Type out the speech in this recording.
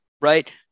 right